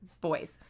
boys